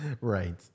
right